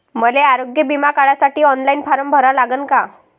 मले आरोग्य बिमा काढासाठी ऑनलाईन फारम भरा लागन का?